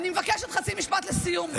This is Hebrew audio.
אני מבקשת חצי משפט לסיום.